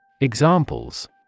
Examples